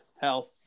health